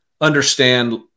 understand